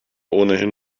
ohnehin